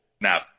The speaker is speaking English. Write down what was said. Now